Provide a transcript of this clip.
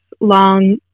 long